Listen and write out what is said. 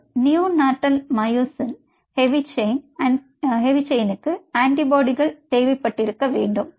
நீங்கள் neonatal myosin heavy செயின்க்கு ஆன்டிபாடிகள் தேவைப்பட்டிருக்க வேண்டும்